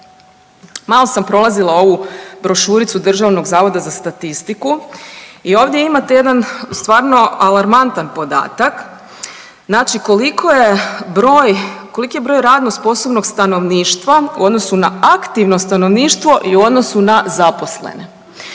Malo sam prolazila ovu brošuricu DZS-a i ovdje imate jedan stvarno alarmantan podatak, znači koliko je broj, koliki je broj radno sposobnog stanovništva u odnosu na aktivno stanovništvo i u odnosu na zaposlene.